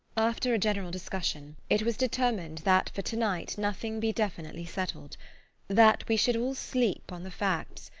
after a general discussion it was determined that for to-night nothing be definitely settled that we should all sleep on the facts,